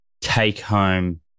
take-home